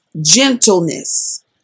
gentleness